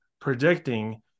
predicting